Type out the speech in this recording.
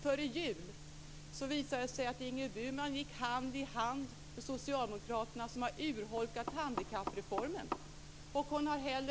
Före jul visade det sig att Ingrid Burman gick hand i hand med socialdemokraterna, som har urholkat handikappreformen. Tack, så länge!